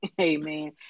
amen